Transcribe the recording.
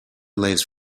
lays